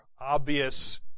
obvious